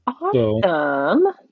awesome